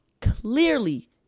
clearly